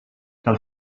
cal